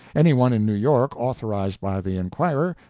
any one in new york, authorized by the enquirer,